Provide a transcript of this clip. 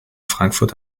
frankfurt